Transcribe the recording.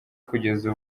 kugeza